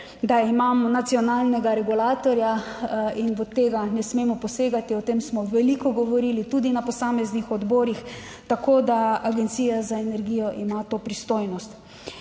da imamo nacionalnega regulatorja in v tega ne smemo posegati; o tem smo veliko govorili tudi na posameznih odborih, tako da Agencija za energijo ima to pristojnost.